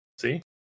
See